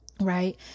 Right